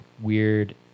weird